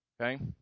Okay